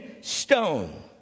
stone